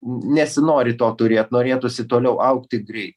nesinori to turėt norėtųsi toliau augti greit